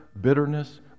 bitterness